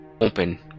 open